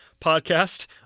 podcast